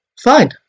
fine